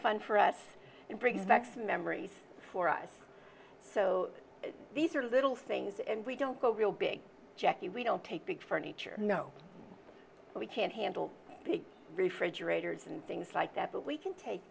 fun for us and brings back some memories for us so these are little things and we don't go real big jacket we don't take big furniture no we can't handle big refrigerators and things like that but we can take